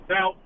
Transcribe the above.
Now